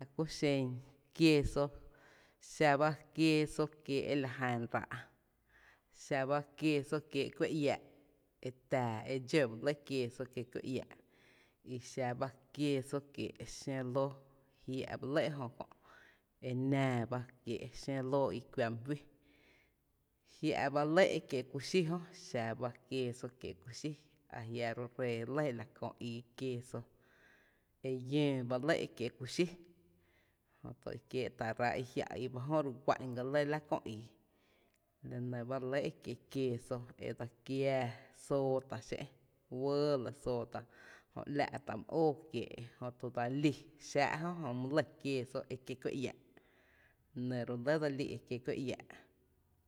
La kú xen quééso, xa bá queeso kiee’ e la jan ráá’ xa ba queeso kiee0 kuⱥ iⱥⱥ’ e tⱥⱥ e dxó ba lɇ quéeso kiee’ kuⱥ iⱥⱥ’, i xa bá queeso kiee’ xǿ lóó jia’ ba lɇ e jö kö’ e nⱥⱥ ba e jö e kiee’ xǿ lóó i kuⱥ mý fí, jia’ ba lɇ e kiee’ ku xí jö, a jia’ ro’ ree lɇ la köö ii quééso, e llóó ba lɇ e kiee’ kuxí, jötu e kiee’ tá’ ráá’ i jiä’ ga re guá’n ga lɇ la köö ii, la nɇ b’a re lɇ e kiee’ queéso e dse kiaa, sootá’ xé’n wɇɇ lɇ sootá’ jö ‘laátá’ mý óó kiéé’ jötu dse lí xáá’ jö jö mý lɇ quééso e kiee’ kuⱥ iⱥ’ la nɇ re lɇ dse lí e kiee’ kuⱥ iää’.